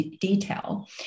detail